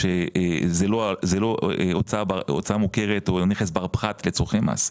שזאת לא הוצאה מוכרת או נכס בר פחת לצורכי מס,